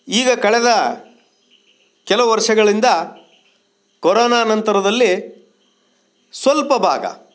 ಈಗ ಕಳೆದ ಕೆಲವು ವರ್ಷಗಳಿಂದ ಕೊರೋನಾ ನಂತರದಲ್ಲಿ ಸ್ವಲ್ಪ ಭಾಗ